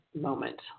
moment